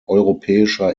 europäischer